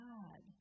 God